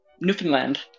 Newfoundland